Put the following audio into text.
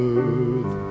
earth